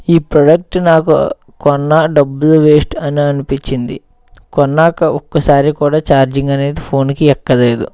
ఈ ప్రోడక్ట్ నాకు కొన్నా డబ్బులు వేస్ట్ అని అనిపించింది కొన్నాక ఒక్కసారి కూడా ఛార్జింగ్ అనేది ఫోన్కి ఎక్కలేదు